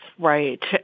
Right